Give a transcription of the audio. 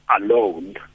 alone